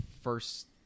first